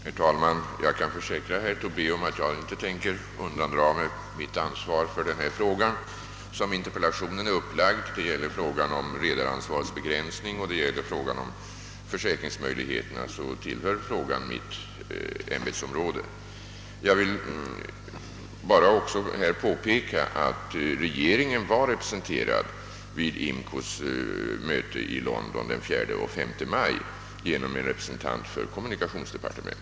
Herr talman! Jag kan försäkra herr Tobé att jag inte tänker undandra mig mitt ansvar i den här frågan, som enligt interpellationssvaret gäller redaransvarets begränsning och försäkringsmöjligheterna och alltså tillhör mitt ämbetsområde. Jag vill samtidigt påpeka att regeringen var representerad vid IMCO:s möte i London den 4 och 5 maj genom en representant för kommunikationsdepartementet.